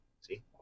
See